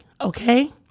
okay